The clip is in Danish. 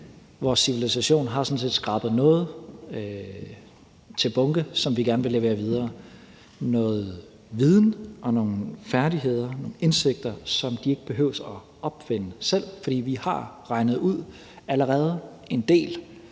vores generation har sådan set skrabet noget til bunke, som vi gerne vil levere videre. Det er noget viden og nogle færdigheder og indsigter, som de ikke behøver at opfinde selv, fordi vi allerede har regnet en del